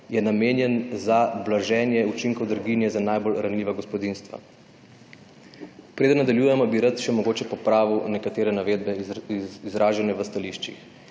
je namenjen za blaženje učinkov draginje za najbolj ranljiva gospodinjstva. Preden nadaljujemo, bi rad popravil nekatere navedbe, izražene v stališčih.